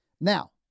Now